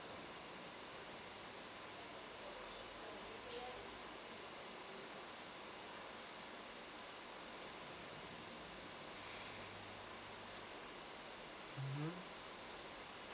mmhmm